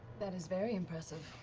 that is very impressive.